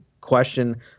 question